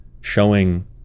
showing